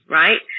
right